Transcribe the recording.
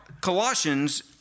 Colossians